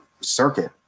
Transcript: circuit